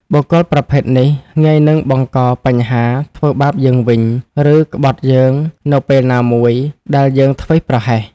បុគ្គលប្រភេទនេះងាយនឹងបង្កបញ្ហា ធ្វើបាបយើងវិញ ឬក្បត់យើងនៅពេលណាមួយដែលយើងធ្វេសប្រហែស។